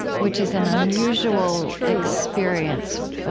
which is an unusual experience